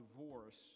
divorce